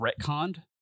retconned